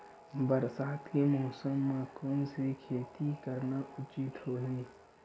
बरसात के मौसम म कोन से खेती करना उचित होही?